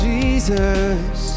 Jesus